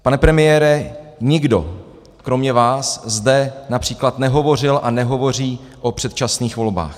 Pane premiére, nikdo kromě vás zde například nehovořil a nehovoří o předčasných volbách.